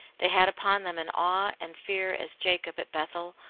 they had upon them an awe and fear, as jacob at bethel,